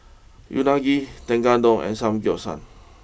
Unagi Tekkadon and Samgeyopsal